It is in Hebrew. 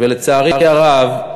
ולצערי הרב,